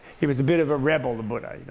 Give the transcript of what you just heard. he was a bit of a rebel, the buddha. you know